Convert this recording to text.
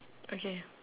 okay